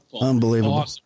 Unbelievable